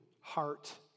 heart